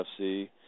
FC